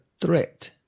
threat